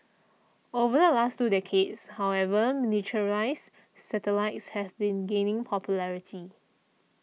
over the last two decades however miniaturised satellites have been gaining popularity